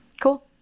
Cool